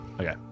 Okay